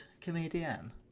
comedian